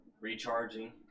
recharging